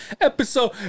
episode